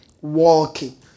walking